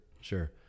Sure